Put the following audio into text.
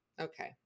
Okay